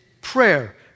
prayer